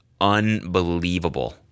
unbelievable